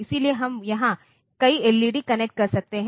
इसलिए हम यहां कई एलईडी कनेक्ट कर सकते हैं